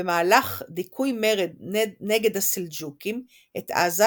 במהלך דיכוי מרד נגד הסלג'וקים את עזה,